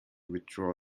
withdraw